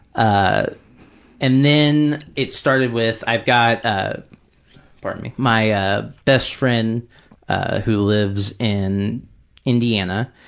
ah and then it started with, i've got, ah pardon me, my ah best friend who lives in indiana,